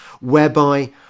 whereby